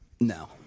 No